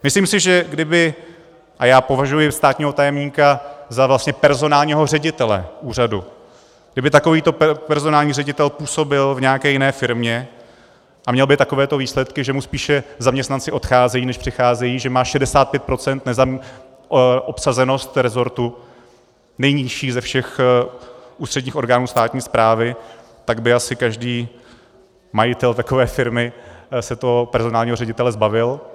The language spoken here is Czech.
Myslím si, že kdyby a já považuji státního tajemníka vlastně za personálního ředitele úřadu takovýto personální ředitel působil v nějaké jiné firmě a měl by takovéto výsledky, že mu spíše zaměstnanci odcházejí, než přicházejí, že má 65 % obsazenost resortu, nejnižší ze všech ústředních orgánů státní správy, tak by se asi každý majitel takové firmy toho personálního ředitele zbavil.